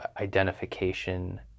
identification